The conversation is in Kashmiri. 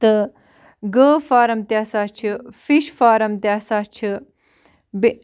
تہٕ گٲو فارَم تہِ ہَسا چھِ فِش فارَم تہِ ہَسا چھِ بیٚہ